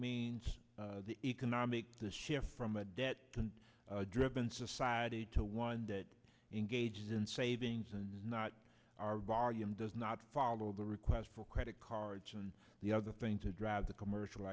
means the economic the shift from a debt driven society to one that engages in savings and not our volume does not follow the request for credit cards and the other thing to drive the commercial